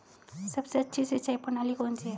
सबसे अच्छी सिंचाई प्रणाली कौन सी है?